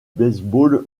baseball